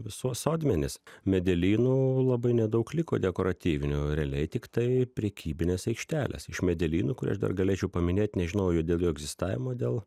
visuos sodmenis medelynų labai nedaug liko dekoratyvinių realiai tiktai prekybinės aikštelės iš medelynų kur aš dar galėčiau paminėt nežinau jau dėl jų egzistavimo dėl